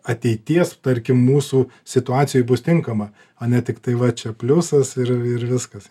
ateities tarkim mūsų situacijoj bus tinkama o ne tiktai va čia pliusas ir ir viskas